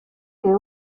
que